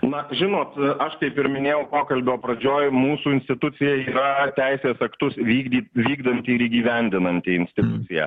na žinot aš kaip ir minėjau pokalbio pradžioj mūsų institucija yra teisės aktus vykdyt vykdanti ir įgyvendinanti institucija